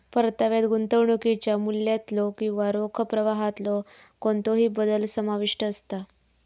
परताव्यात गुंतवणुकीच्या मूल्यातलो किंवा रोख प्रवाहातलो कोणतोही बदल समाविष्ट असता